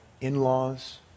in-laws